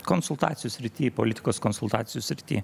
konsultacijų srity politikos konsultacijų srity